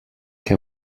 què